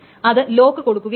അത് ലോക്ക് കൊടുക്കുകയില്ല